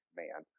man